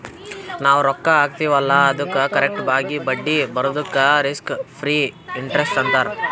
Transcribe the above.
ನಾವ್ ರೊಕ್ಕಾ ಹಾಕ್ತಿವ್ ಅಲ್ಲಾ ಅದ್ದುಕ್ ಕರೆಕ್ಟ್ ಆಗಿ ಬಡ್ಡಿ ಬರದುಕ್ ರಿಸ್ಕ್ ಫ್ರೀ ಇಂಟರೆಸ್ಟ್ ಅಂತಾರ್